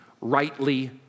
rightly